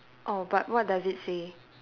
oh but what does it say